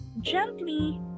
gently